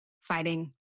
fighting